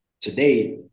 today